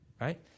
Right